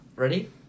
Ready